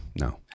no